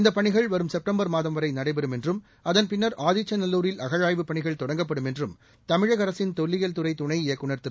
இந்த பணிகள் வரும் செப்டம்பர் மாதம் வரை நடைபெறும் என்றும் அதன் பின்னர் ஆதிச்சநல்லூரில் அகழாய்வுப் பணிகள் தொடங்கப்படும் என்றும் தமிழக அரசின் தொல்லியல் துறை துணை இயக்குந் திரு